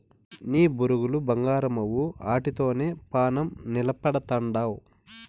నీ బొరుగులు బంగారమవ్వు, ఆటితోనే పానం నిలపతండావ్